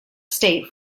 state